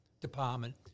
department